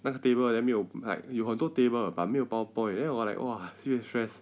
那个 table then 没有 like 有很多 table but 没有 power point then 我 like !wah! sibeh stress